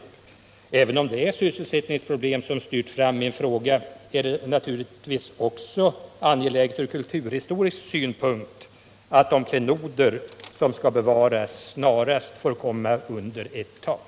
Även om det är sysselsättningsproblem som styrt fram min fråga är det naturligtvis även från kulturhistorisk synpunkt angeläget att de klenoder, som skall bevaras, snarast får komma under ett tak.